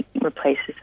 replaces